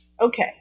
Okay